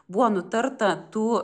buvo nutarta tų